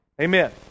Amen